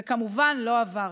זה כמובן לא עבר.